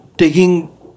taking